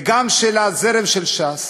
וגם לזרם של ש"ס,